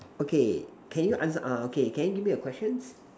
okay can you answer ah okay can you give me a questions